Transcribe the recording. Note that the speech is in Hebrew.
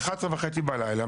23:30 בלילה,